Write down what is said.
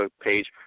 page